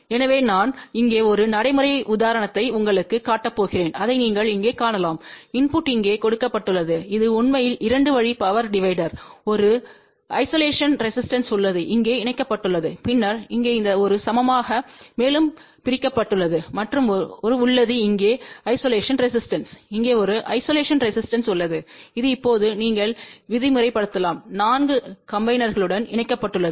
எனவே நான் இங்கே ஒரு நடைமுறை உதாரணத்தை உங்களுக்குக் காட்டப் போகிறேன் அதை நீங்கள் இங்கே காணலாம் இன்புட் இங்கே கொடுக்கப்பட்டுள்ளது இது உண்மையில் 2 வழி பவர் டிவைடர் ஒரு ஐசோலேஷன் ரெசிஸ்டன்ஸ் உள்ளது இங்கே இணைக்கப்பட்டுள்ளது பின்னர் இங்கே இந்த ஒரு சமமாக மேலும் பிரிக்கப்பட்டுள்ளது மற்றும் ஒரு உள்ளது இங்கே ஐசோலேஷன் ரெசிஸ்டன்ஸ் இங்கே ஒரு ஐசோலேஷன் ரெசிஸ்டன்ஸ் உள்ளது இது இப்போது நீங்கள் விதிமுறைலலாம் 4 காம்பிநேர்களுடன் இணைக்கப்பட்டுள்ளது